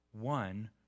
one